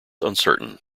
uncertain